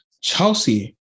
Chelsea